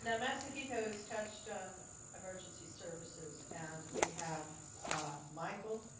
yeah masahito touched on emergency services. and we have michael,